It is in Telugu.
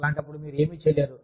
అలాంటప్పుడు మీరు ఏమీ చేయలేరు